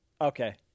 Okay